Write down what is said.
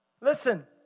Listen